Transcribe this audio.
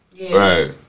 Right